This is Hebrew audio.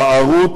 הבערות,